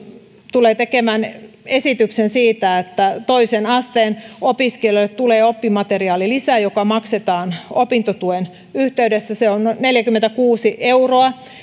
tulee tekemään esityksen siitä että toisen asteen opiskelijoille tulee oppimateriaalilisä joka maksetaan opintotuen yhteydessä se on neljäkymmentäkuusi euroa